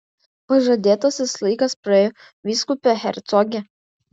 pažadėtasis laikas praėjo vyskupe hercoge